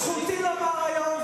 זכותי לומר היום,